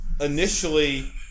Initially